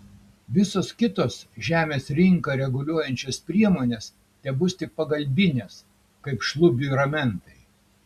visos kitos žemės rinką reguliuojančios priemonės tebus tik pagalbinės kaip šlubiui ramentai